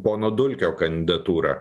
pono dulkio kandidatūrą